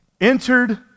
entered